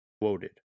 quoted